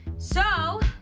so,